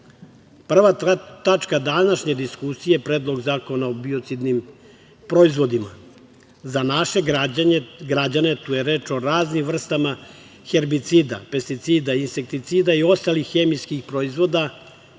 nas. Prva tačka današnje diskusije – Predlog zakona o biocidnim proizvodima. Za naše građane, tu je reč o raznim vrstama herbicida, pesticida, insekticida i ostalih hemijskih proizvoda